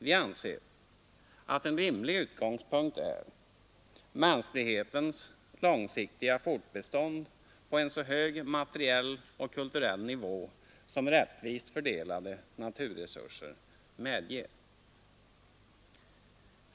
Vi anser att en rimlig utgångspunkt är mänsklighetens långsiktiga fortbestånd på en så hög materiell och kulturell nivå som rättvist fördelade naturresurser medger.